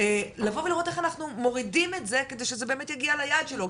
לבוא ולראות איך אנחנו מורידים את זה כדי שזה באמת יגיע ליעד שלו,